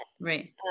Right